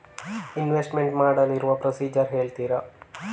Investment ಮಾಡಲು ಇರುವ procedure ಹೇಳ್ತೀರಾ?